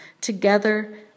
Together